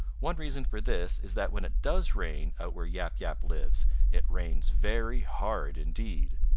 one reason for this is that when it does rain out where yap yap lives it rains very hard indeed,